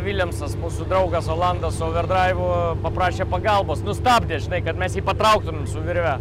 viljamsas mūsų draugas olandas su auverdraivu paprašė pagalbos nu stabdė žinai kad mes jį patrauktumėm su virve